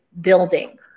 building